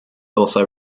also